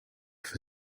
for